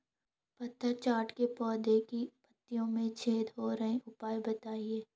पत्थर चट्टा के पौधें की पत्तियों में छेद हो रहे हैं उपाय बताएं?